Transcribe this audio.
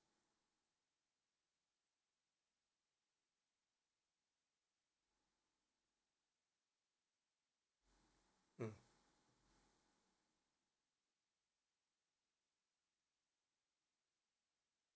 mm